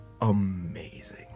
amazing